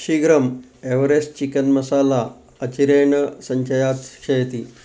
शीघ्रम् Everest chicken masala अचिरेण सञ्चयात् क्षयति